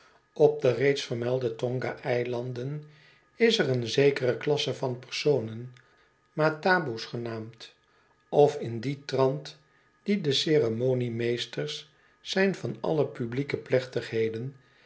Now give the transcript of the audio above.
op de reeds vermelde tonga eilanden is er een zekere klasse van personen mataboe's genaamd of in dien trant die de ceremoniemeesters zijn van alle publieke plechtigheden